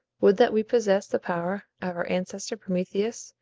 would that we possessed the power of our ancestor prometheus,